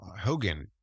Hogan